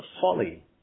folly